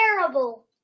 terrible